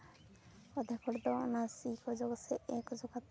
ᱚᱫᱷᱮᱠ ᱦᱚᱲ ᱫᱚ ᱚᱱᱟ ᱥᱤ ᱠᱚ ᱚᱡᱟᱜᱟᱥᱮ ᱮ ᱠᱚ ᱚᱡᱚᱜᱟ